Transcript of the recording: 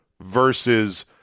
versus